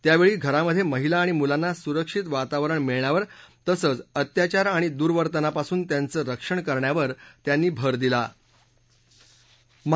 त्यावेळी घरामधे महिला आणि मुलांना सुरक्षित वातावरण मिळण्यावर तसंच अत्यचार आणि दुर्वर्तनापासून त्यांचं रक्षण करण्यावर त्यांनी भर दिला होता